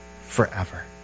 forever